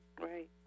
Right